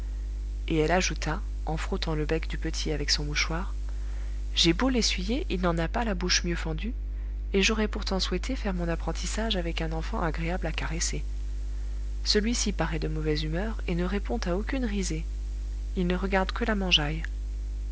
et elle ajouta en frottant le bec du petit avec son mouchoir j'ai beau l'essuyer il n'en a pas la bouche mieux fendue et j'aurais pourtant souhaité faire mon apprentissage avec un enfant agréable à caresser celui-ci paraît de mauvaise humeur et ne répond à aucune risée il ne regarde que la mangeaille